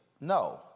No